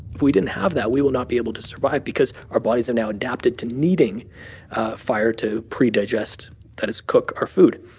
if we didn't have that, we would not be able to survive because our bodies have um now adapted to needing fire to predigest that is, cook our food.